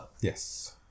Yes